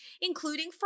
including